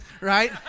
right